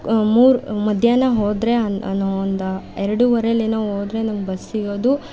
ಮೂರು ಮಧ್ಯಾಹ್ನ ಹೋದರೆ ಹನ್ನೊಂದು ಎರಡುವರೆಯಲ್ಲೆನೊ ಹೋದರೆ ನಮ್ಗೆ ಬಸ್ ಸಿಗೋದು